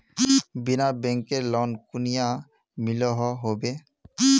बिना बैंकेर लोन कुनियाँ मिलोहो होबे?